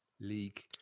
League